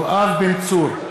נגד יואב בן צור,